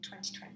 2020